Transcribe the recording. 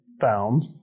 found